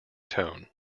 tone